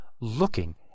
looking